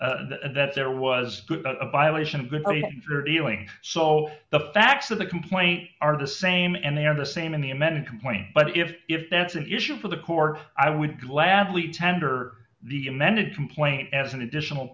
that there was a violation or doing so the facts of the complaint are the same and they are the same in the amended complaint but if if that's an issue for the court i would gladly tender the amended complaint as an additional